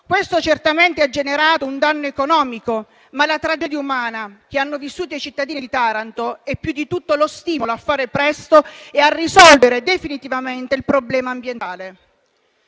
Questo certamente ha generato un danno economico, ma la tragedia umana che hanno vissuto i cittadini di Taranto è più di tutto lo stimolo a fare presto e a risolvere definitivamente il problema ambientale.